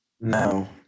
No